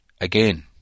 again